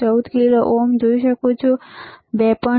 14 kilo ohm જોઈ શકો છો 2